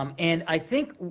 um and i think,